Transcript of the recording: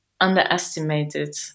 underestimated